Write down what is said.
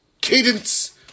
cadence